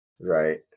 right